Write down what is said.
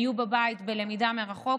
היו בבית בלמידה מרחוק,